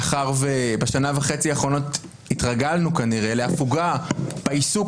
מאחר שבשנה וחצי האחרונות התרגלנו כנראה להפוגה בעיסוק